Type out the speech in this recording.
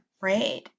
right